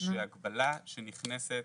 שהגבלה שנכנסת